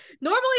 Normally